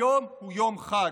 היום הוא יום חג.